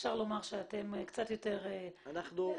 אפשר לומר שאתם קצת יותר ערוכים.